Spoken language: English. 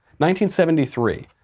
1973